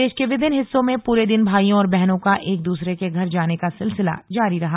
प्रदेश के विभिन्न हिस्सों में पूरे दिन भाइयों और बहनों का एकदूसरे के घर जाने का सिलसिला जारी रहा